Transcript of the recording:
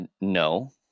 No